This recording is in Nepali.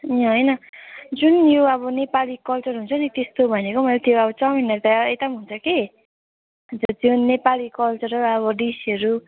ए होइन जुन यो अब नेपाली कल्चर हुन्छ नि त्यस्तो भनेको हो मैले त्यो अब चाउमिनहरू त यता पनि हुन्छ कि अन्त त्यो नेपाली कल्चरल अब डिस्हरू